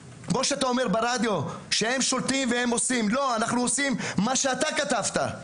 אנחנו עושים מה שאתה כתבת.